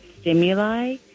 stimuli